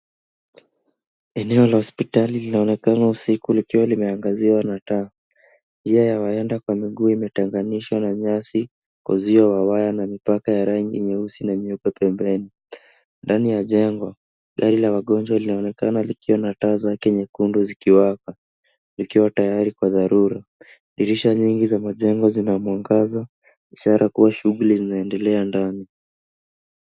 Eneo la hospitali linaonekana usiku likiwa limeangaziwa na taa. Njia ya waenda kwa miguu imetenganishwa kwa nyasi kwa uzio wa waya mipaka ya rangi nyeusi na meupe pembeni. Ndani ya jengo, gari la wagonjwa linaonekana likiwa na taa zake nyekundu zikiwaka likiwa tayari kwa dharura. Dirisha nyingi za majengo zina mwangaza, ishara kuwa shughuli zinaendelea ndani.